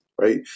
Right